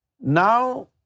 Now